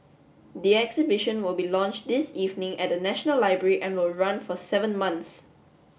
the exhibition will be launched this evening at the National Library and will run for seven months